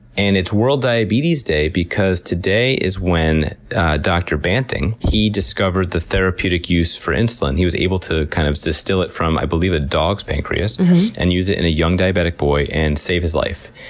and it's world diabetes day because today is when dr. banting, he discovered the therapeutic use for insulin. he was able to kind of distill it from, i believe, a dog's pancreas and use it in a young diabetic boy, and save his life.